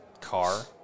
car